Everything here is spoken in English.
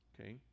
Okay